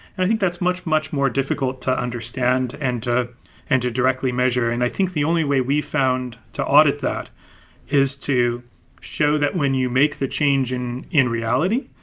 i think that's much much more difficult to understand and to and to directly measure. and i think the only way we found to audit that is to show that when you make the change and in reality,